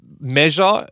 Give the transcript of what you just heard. measure